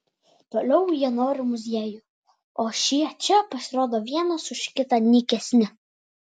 toliau jie nori muziejų o šie čia pasirodo vienas už kitą nykesni